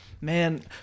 man